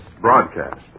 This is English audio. broadcast